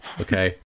okay